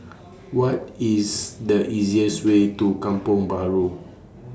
What IS The easiest Way to Kampong Bahru